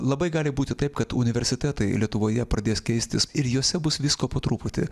labai gali būti taip kad universitetai lietuvoje pradės keistis ir juose bus visko po truputį